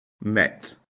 met